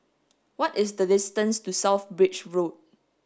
what is the distance to South Bridge Road